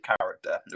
character